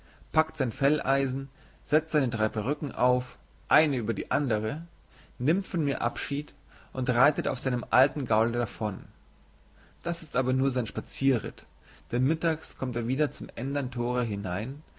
packt sein felleisen setzt seine drei perücken auf eine über die andere nimmt von mir abschied und reitet auf seinem alten gaule davon das ist aber nur sein spazierritt denn mittags kommt er wieder zum ändern tore herein